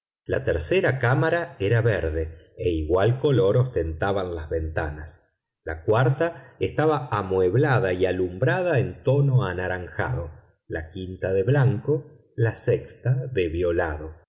la tercera cámara era verde e igual color ostentaban las ventanas la cuarta estaba amueblada y alumbrada en tono anaranjado la quinta de blanco la sexta de violado